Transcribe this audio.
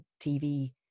TV